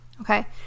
okay